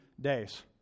days